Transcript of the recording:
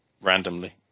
randomly